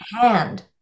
hand